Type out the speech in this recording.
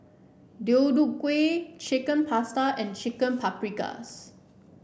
Deodeok Gui Chicken Pasta and Chicken Paprikas